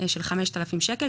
של 5,000 שקלים.